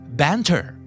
banter